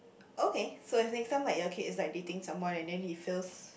okay so if next time like your kid is like dating someone and then he fails